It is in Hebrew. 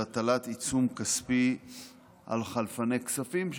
של הטלת עיצום כספי על חלפני כספים,